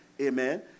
amen